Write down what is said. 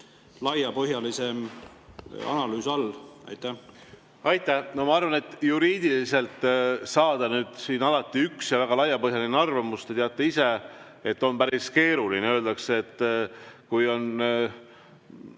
laiapõhjalisem analüüs all. Aitäh!